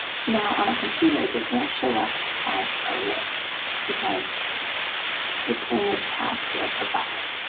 now, on a computer this won't show up as a list because it's in the tabs div or bucket.